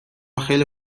خیلی